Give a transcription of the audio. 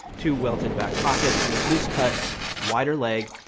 two welted back pockets. loose cut. wider leg.